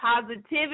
positivity